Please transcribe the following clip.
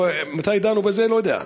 מתי דנו בזה אני לא יודע.